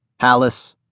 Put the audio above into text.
Hallis